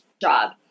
job